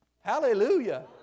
Hallelujah